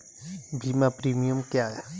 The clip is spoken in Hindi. बीमा प्रीमियम क्या है?